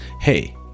Hey